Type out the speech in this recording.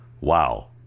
wow